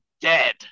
dead